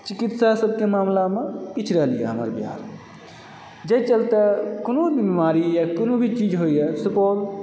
चिकित्सा सभकेँ मामलामे पिछड़ल यऽ हमर बिहार जाहि चलते कोनो भी बीमारी या कोनो भी चीज होइए सुपौल